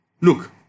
Look